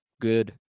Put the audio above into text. good